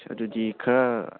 ꯑꯗꯨꯗꯤ ꯈꯔ